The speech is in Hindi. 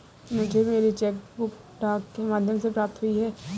मुझे मेरी चेक बुक डाक के माध्यम से प्राप्त हुई है